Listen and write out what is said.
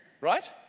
Right